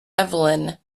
evelyn